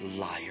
liar